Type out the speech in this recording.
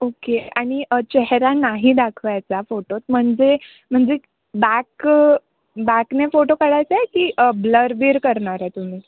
okay आणि चेहरा नाही दाखवायचा फोटोत म्हणजे म्हणजे बॅक बॅकने फोटो काढायचा आहे की ब्लर बीर करणार आहे तुम्ही